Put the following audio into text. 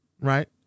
right